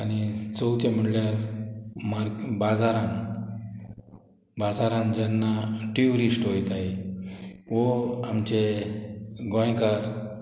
आनी चवथें म्हणल्यार मा बाजारान बाजारान जेन्ना ट्युरिस्ट वोयताय वो आमचे गोंयकार